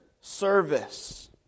service